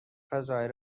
فضایی